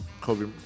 Kobe